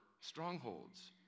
strongholds